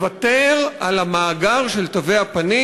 לוותר על המאגר של תווי הפנים.